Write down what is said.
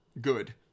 Good